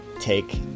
take